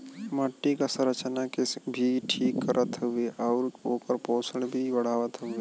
मट्टी क संरचना के भी ठीक करत हउवे आउर ओकर पोषण भी बढ़ावत हउवे